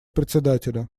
председателя